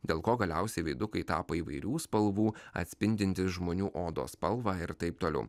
dėl ko galiausiai veidukai tapo įvairių spalvų atspindintys žmonių odos spalvą ir taip toliau